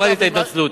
קיבלתי את ההתנצלות.